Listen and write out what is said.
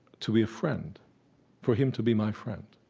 to be a friend for him to be my friend